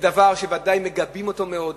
בדבר שוודאי מגבים אותו מאוד,